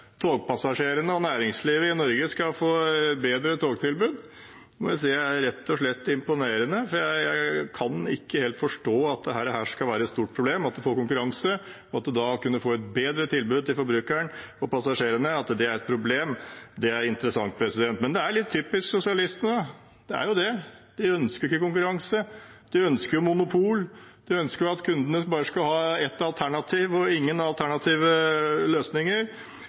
togpassasjerene og næringslivet i Norge skal få et bedre togtilbud. Det må jeg si er rett og slett imponerende, for jeg kan ikke helt forstå at det at man får konkurranse, skal være et stort problem, og at det at forbrukerne og passasjerene får et bedre tilbud, er et problem. Det er interessant. Men det er litt typisk sosialistene, det er jo det. De ønsker ikke konkurranse, de ønsker monopol. De ønsker at kundene bare skal ha ett alternativ og ingen alternative løsninger.